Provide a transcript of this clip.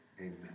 amen